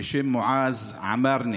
בשם מועאז עמארנה